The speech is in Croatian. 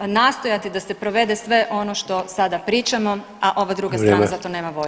nastojati da se provede sve ono što sada pričamo, a ova druga strana za to nema volju.